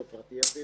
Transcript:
באוטו פרטי אפילו,